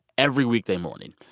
every weekday morning.